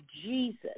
Jesus